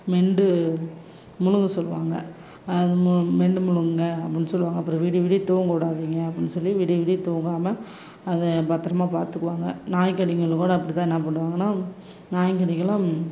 மென்டு முழுங்க சொல்லுவாங்க அது மு மென்னு முழுங்குங்க அப்புடின்னு சொல்லுவாங்க அப்புறம் விடிய விடிய தூங்க விடாதிங்க அப்புடின்னு சொல்லி விடிய விடிய தூங்காமல் பத்திரமா பார்த்துக்குவாங்க நாயி கடிங்களுக்கு கூட அப்படி தான் என்ன பண்ணுவாங்கன்னா நாய் கடிக்குலாம்